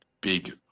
big